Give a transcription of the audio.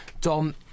Dom